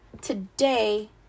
Today